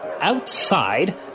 Outside